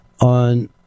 on